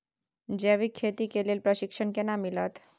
जैविक खेती के लेल प्रशिक्षण केना मिलत?